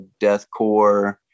deathcore